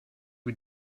wie